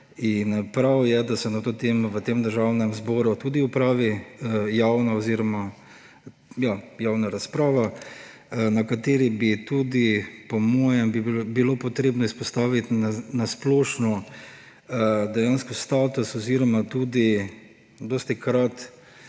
Prav je, da se na to temo v Državnem zboru tudi opravi javna razprava, na kateri bi tudi po mojem bilo potrebno izpostaviti na splošno dejanski status oziroma tudi dostikrat